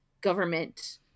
government